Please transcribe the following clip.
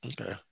Okay